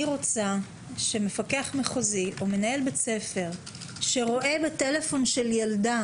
אני רוצה שמפקח מחוזי או מנהל בית ספר שרואה בטלפון של ילדה